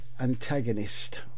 antagonist